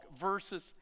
versus